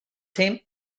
team